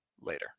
later